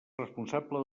responsable